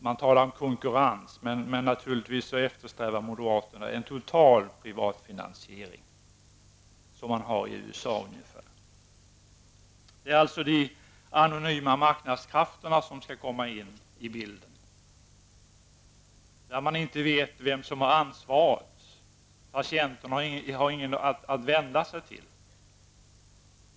Man talar om konkurrens, men naturligtvis eftersträvar moderaterna en total privat finansiering, ungefär som man har det i USA. De anonyma marknadskrafterna skall komma in i bilden, där man inte vet vem som har ansvaret och patienterna inte har någon att vända sig till.